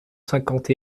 cinquante